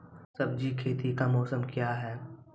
सब्जी खेती का मौसम क्या हैं?